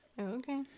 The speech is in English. Okay